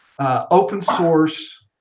open-source